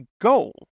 goal